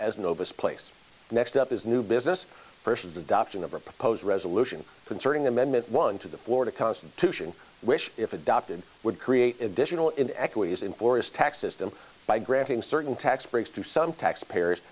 as novus place next up is new business person's adoption of a proposed resolution concerning amendment one to the florida constitution wish if adopted would create additional in equities in forest tax system by granting certain tax breaks to some tax payers